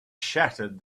shattered